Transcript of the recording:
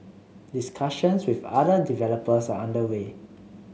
discussions with other developers are under way